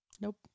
Nope